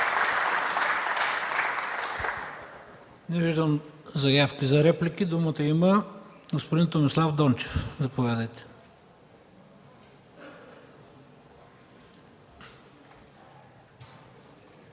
Не виждам заявки за реплики. Има думата господин Томислав Дончев. Заповядайте.